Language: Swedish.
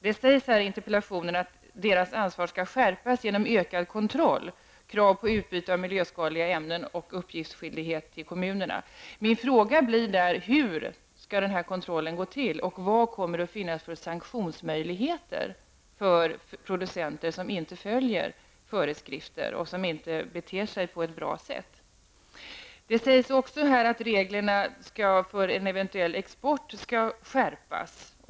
Det sägs här i interpellationen att deras ansvar skall skärpas genom ökad kontroll: krav på utbyte av miljöskadliga ämnen och uppgiftsskyldighet till kommunerna. Då blir min fråga: Hur skall kontrollen gå till och vilka sanktionsmöjligheter kommer att finnas mot producenter som inte följer föreskrifter och inte beter sig på ett bra sätt? Det sägs också i interpellationen att reglerna för en eventuell export skall skärpas.